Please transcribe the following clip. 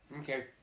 Okay